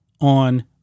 on